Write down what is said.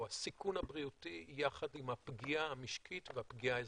הסיכון הבריאותי יחד עם הפגיעה המשקית והפגיעה האזרחית.